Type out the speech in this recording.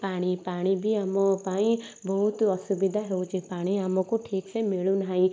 ପାଣି ପାଣି ବି ଆମ ପାଇଁ ବହୁତ ଅସୁବିଧା ହେଉଛି ପାଣି ଆମୁକୁ ଠିକସେ ମିଳୁ ନାହିଁ